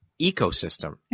ecosystem